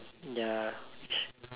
ya